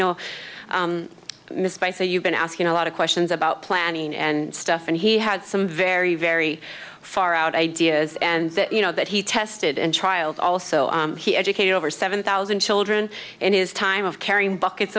know missed by so you've been asking a lot of questions about planning and stuff and he had some very very far out ideas and that you know that he tested and child also he educated over seven thousand children in his time of carrying buckets